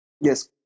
yes